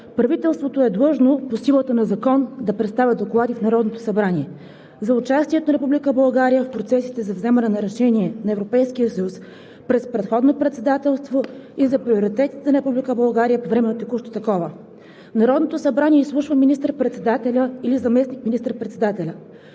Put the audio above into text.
правителството е длъжно по силата на закон да представя доклади в Народното събрание за участие на Република България в процесите за вземане на решение на Европейския съюз през предходно председателство и за приоритетите на Република България. По време на текущо такова Народното събрание изслушва министър-председателя или заместник министър-председателя